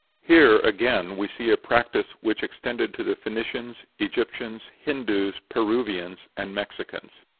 here again we see a practice which extended to the phoenicians, egyptians, hindoos, peruvians, and mexicans.